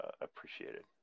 appreciated